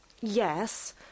Yes